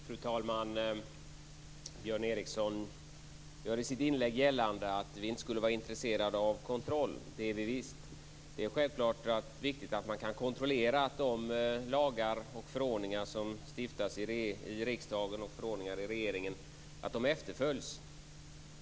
Fru talman! Björn Ericson gör i sitt inlägg gällande att vi inte skulle vara intresserade av kontroll. Det är vi visst. Det är självklart viktigt att man kan kontrollera att de lagar som stiftas av riksdagen och de förordningar som ges ut av regeringen fullföljs.